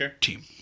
team